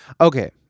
Okay